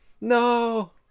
No